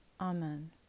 Amen